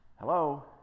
Hello